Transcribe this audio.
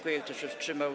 Kto się wstrzymał?